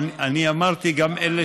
אמרתי גם אלה